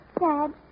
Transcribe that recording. Dad